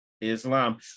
Islam